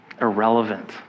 irrelevant